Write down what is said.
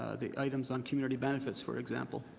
the items on community benefits, for example.